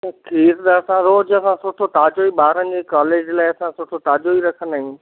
खीर त असां रोज़ु असां सुठो ताज़ो ॿारनि जे कॉलेज लाइ असां सुठो ताज़ो ई रखंदा आहियूं